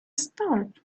start